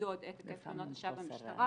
למדוד את היקף תלונות השווא במשטרה.